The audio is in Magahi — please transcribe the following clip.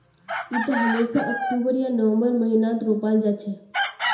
इटा हमेशा अक्टूबर या नवंबरेर महीनात रोपाल जा छे